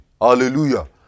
hallelujah